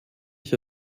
ich